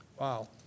Wow